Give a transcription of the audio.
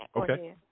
Okay